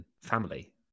family